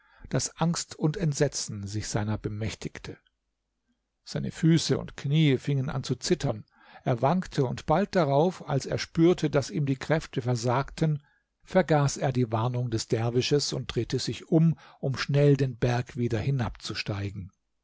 daß angst und entsetzen sich seiner bemächtigte seine füße und knie fingen an zu zittern er wankte und bald darauf als er spürte daß ihm die kräfte versagten vergaß er die warnung des derwisches und drehte sich um um schnell den berg wieder hinabzusteigen